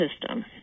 system